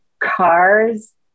cars